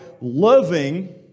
loving